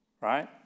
right